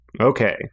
Okay